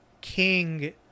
King